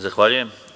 Zahvaljujem.